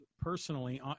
personally